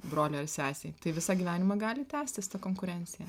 broliui ar sesei tai visą gyvenimą gali tęstis ta konkurencija